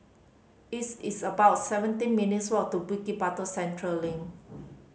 it's it's about seventeen minutes' walk to Bukit Batok Central Link